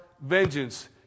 vengeance